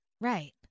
Right